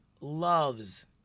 loves